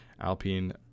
Alpine